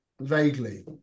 Vaguely